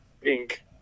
pink